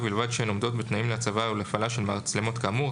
ובלבד שהן עומדות בתנאים להצבה ולהפעלה של מצלמות כאמור,